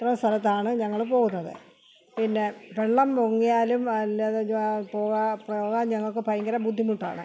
ഇത്രയും സ്ഥലത്താണ് ഞങ്ങൾ പോകുന്നത് പിന്നെ വെള്ളം പൊങ്ങിയാലും അല്ലാതെ പോകുക പോകാൻ ഞങ്ങൾക്ക് ഭയങ്കര ബുദ്ധിമുട്ടാണ്